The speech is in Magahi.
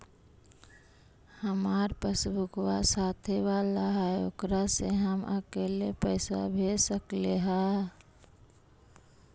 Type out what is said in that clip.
हमार पासबुकवा साथे वाला है ओकरा से हम अकेले पैसावा भेज सकलेहा?